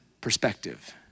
perspective